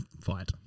fight